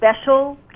special